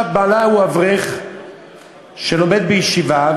בעלה הוא אברך שלומד בישיבה,